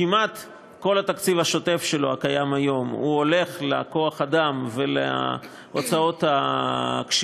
כמעט כל התקציב השוטף שלו הקיים היום הולך לכוח-אדם ולהוצאות הקשיחות.